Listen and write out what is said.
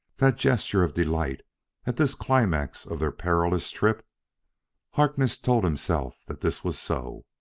that gesture of delight at this climax of their perilous trip harkness told himself that this was so.